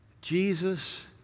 Jesus